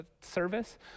service